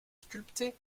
sculpter